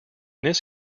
this